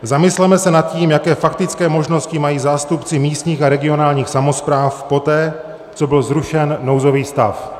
Zamysleme se nad tím, jaké faktické možnosti mají zástupci místních a regionálních samospráv poté, co byl zrušen nouzový stav.